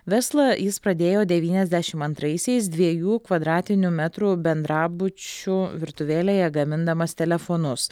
verslą jis pradėjo devyniasdešimt antraisiais dviejų kvadratinių metrų bendrabučių virtuvėlėje gamindamas telefonus